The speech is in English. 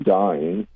dying